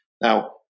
Now